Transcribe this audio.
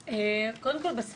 קודם כל, בסמנטיקה,